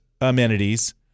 amenities